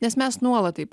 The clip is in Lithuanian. nes mes nuolat taip